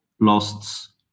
lost